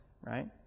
right